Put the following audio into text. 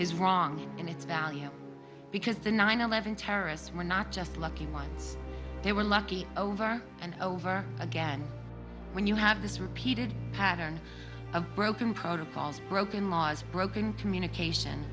is wrong in its value because the nine eleven terrorists were not just lucky ones they were lucky over and over again when you have this repeated pattern of broken protocols broken laws broken communication